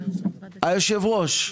היושב-ראש,